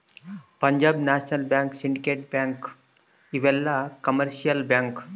Punjab national bank syndicate bank ಇವೆಲ್ಲ commercial bank